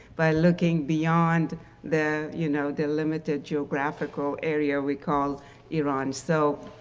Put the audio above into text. by looking beyond the you know, the limited geographical area we call iran. so,